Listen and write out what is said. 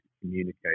communicate